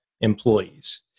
employees